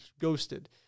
ghosted